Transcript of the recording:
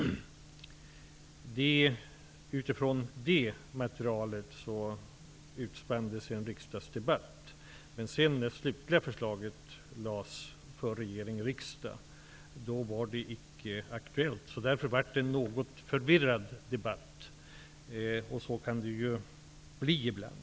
Utifrån det materialet utspann det sig sedan en riksdagsdebatt. I det förslag som regeringen slutligen lade fram i riksdagen var detta emellertid icke aktuellt. Debatten blev av denna anledning något förvirrad. Så kan det ju bli ibland.